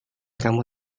kamu